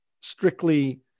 strictly